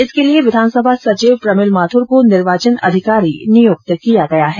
इसके लिए विधानसभा सचिव प्रमिल माथुर को निर्वाचन अधिकारी नियुक्त किया गया है